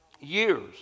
years